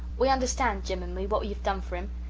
we understand, jim and me, what you've done for him,